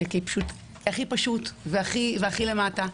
כהכי פשוט והכי למטה.